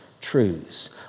truths